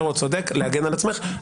צא בבקשה, תודה.